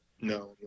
No